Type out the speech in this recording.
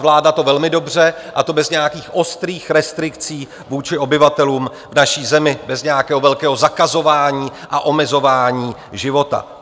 Zvládla to velmi dobře, a to bez nějakých ostrých restrikcí vůči obyvatelům naší země, bez nějakého velkého zakazování a omezování života.